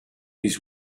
his